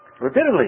repeatedly